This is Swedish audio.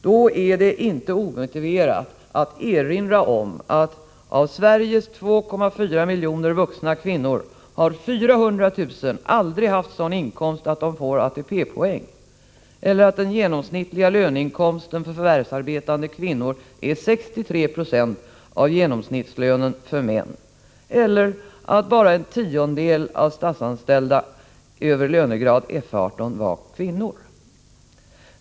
Då är det inte omotiverat att erinra om att av Sveriges 2,4 miljoner vuxna kvinnor har 400 000 aldrig haft sådan inkomst att de fått ATP-poäng, eller att den genomsnittliga löneinkomsten för förvärvsarbetande kvinnor är 63 20 av en genomsnittslön för män, eller att bara knappt 10 26 av statsanställda över lönegrad F18 var kvinnor.